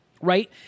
Right